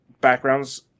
backgrounds